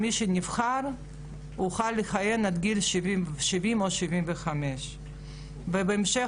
מי שנבחר יוכל לכהן עד גיל 70 או 75. בהמשך